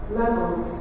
levels